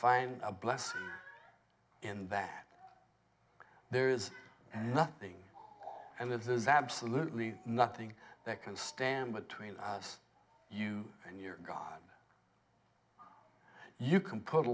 find a blessing in that there is nothing and there's absolutely nothing that can stand between us you and your god you can put a